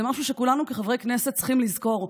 זה משהו שכולנו כחברי כנסת צריכים לזכור.